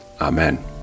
Amen